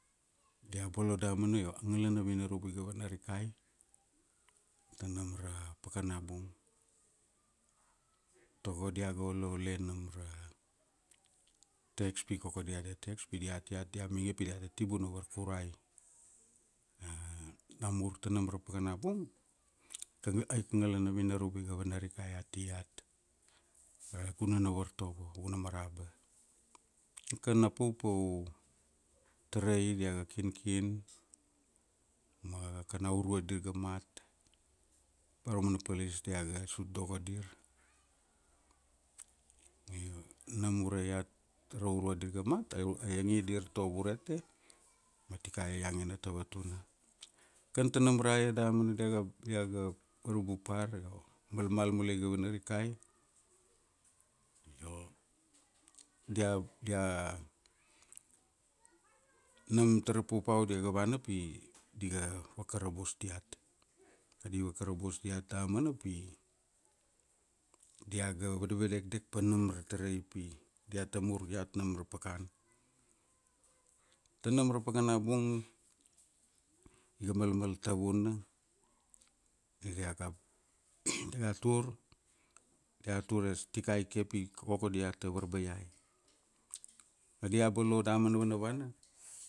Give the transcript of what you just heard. Dia bolo damana io, a ngalana vinarubu iga vana rikai, tanam ra pakana bung. Tago diaga olole nam ra, tax pi koko diata tax pi diat iat dia mainge pi diata tibuna varkurai. Namur tanam ra pakana bung, tana, aika ngalana vinarubu iga vanarikai ati iat, ra gunan na vartovo Vunamaraba. Kan a paupau tarai diaga kinkin, ma kan aurua dir ga mat. Aumana police diaga sut doko dir. Io, nam ure iat, raurua dirga mat, a iangi dir Tourete ma tikai a iangina tavatuna. Kan tanam ra e damana, daga, diaga varubu par io, malmal mule iga vana rikai, io, dia, dia, nam tara pau diaga vana pi, di ga vakarabus diat. Di vakarabus diat diamana pi, diaga vadvadekdek pa nam ra tarai upi, diata mur iat nam ra pakana. Tanam ra pakana bung, iga malmal tavuna, ni diaga tur, dia tur as tikai ke pi koko diata varbaiai. Ba dia bolo damana vanavana,